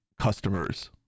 customers